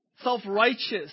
self-righteous